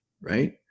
right